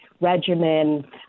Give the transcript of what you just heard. regimen